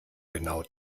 genau